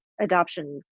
adoption